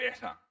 better